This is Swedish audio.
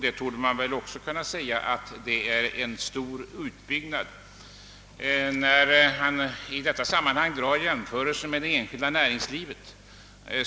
Det måste man väl säga är en stor utbyggnad. Herr Lindahl gör i detta sammanhang jämförelser med det enskilda näringslivet.